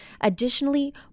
Additionally